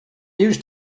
news